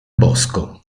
bosco